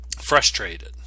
frustrated